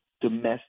domestic